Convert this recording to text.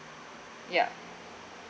ya